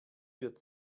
wird